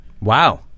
Wow